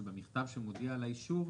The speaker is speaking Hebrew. שבמכתב שמודיע על האישור,